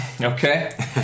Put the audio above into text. Okay